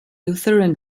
lutheran